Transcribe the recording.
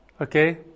Okay